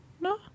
No